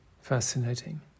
fascinating